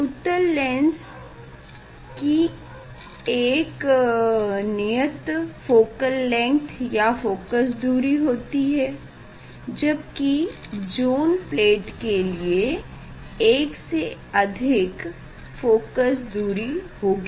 उत्तल लेंस की एक नियत फोकल लेग्थ फोकल दूरी होती है जबकि ज़ोन प्लेट के लिए एक से अधिक फोकल दुरी होगी